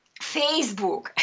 Facebook